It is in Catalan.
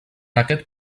aquest